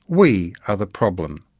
we are the problem,